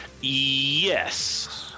Yes